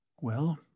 Well